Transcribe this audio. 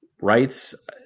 rights